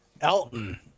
Elton